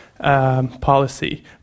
Policy